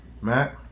Matt